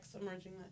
emerging